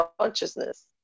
consciousness